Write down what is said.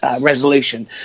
resolution